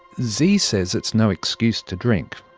z. says it's no excuse to drink,